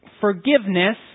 forgiveness